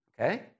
Okay